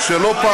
לא להפריע.